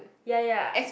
ya ya